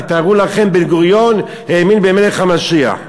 תתארו לכם, בן-גוריון האמין במלך המשיח.